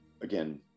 again